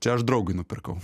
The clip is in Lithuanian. čia aš draugui nupirkau